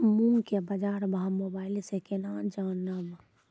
मूंग के बाजार भाव मोबाइल से के ना जान ब?